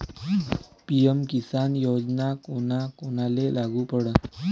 PM Kisan योजना कोना कोनाले लागू पडन?